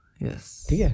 Yes